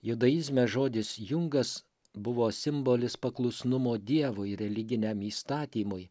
judaizme žodis jungas buvo simbolis paklusnumo dievui religiniam įstatymui